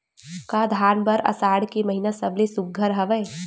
का धान बर आषाढ़ के महिना सबले सुघ्घर हवय?